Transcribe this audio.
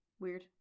Weird